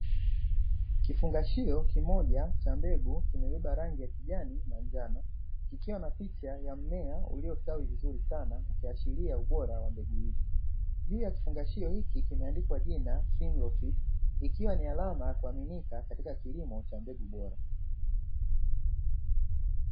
Kifungashio kimoja cha mbegu kimebeba rangi ya kijani na njano kikiwa na picha ya mmea uliostawi vizuri sana kuashiria ubora wa mbegu hizi. Juu ya kifungashio hiki kimeandikwa jina(singotip), ikiwa ni alama ya kuaminika katika kilimo cha mbegu bora.